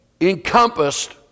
encompassed